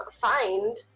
find